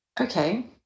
Okay